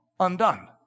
undone